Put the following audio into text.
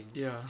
ya